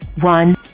one